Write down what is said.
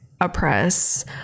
oppress